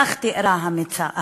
כך היא תיארה את המצב,